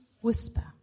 whisper